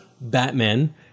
Batman